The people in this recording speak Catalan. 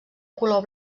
color